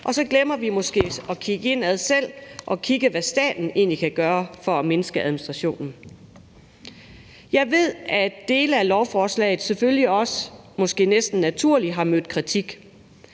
og så glemmer vi måske selv at kigge indad og kigge på, hvad staten egentlig kan gøre for at mindske administrationen. Jeg ved selvfølgelig også, at der er dele af lovforslaget – det er måske næsten naturligt – der har mødt kritik.